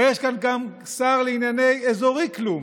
הרי יש כאן גם שר לעניין פיתוח אזורי כלום,